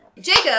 jacob